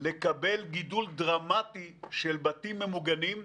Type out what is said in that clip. לקבל גידול דרמטי של בתים ממוגנים,